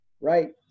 right